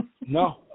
No